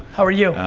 how are you?